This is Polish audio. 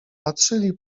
patrzyli